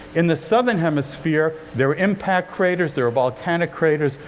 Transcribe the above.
in the southern hemisphere there are impact craters, there are volcanic craters.